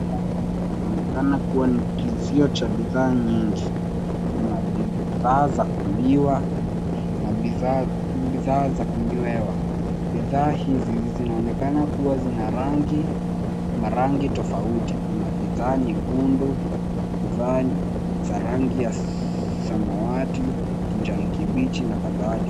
Hapa panaonekana kuwa ni kiuzio cha bidhaa nyingi. Kuna bidhaa za kuliwa, na bidhaa za kunywewa. Bidhaa hizi zinaonekana kuwa zina rangi, marangi tofauti kuna: bidhaa nyekundu, bidhaa za rangi ya samawati, kijani kibichi na kadhalika.